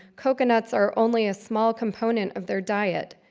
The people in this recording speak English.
coconuts are only a small component of their diet.